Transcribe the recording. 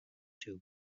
tube